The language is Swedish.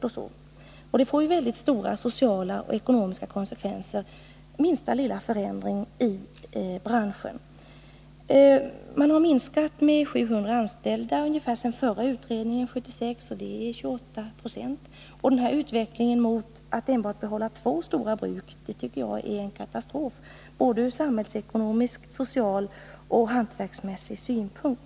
Det gör att minsta lilla förändring i branschen får väldigt stora både Om den manuella sociala och ekonomiska konsekvenser. Sedan den förra utredningen 1976 har — glasindustrin antalet anställda minskat med ca 700. Det gör 28 70. Utvecklingen mot att behålla enbart två stora bruk tycker jag är en katastrof ur såväl samhällsekonomisk som social och hantverksmässig synpunkt.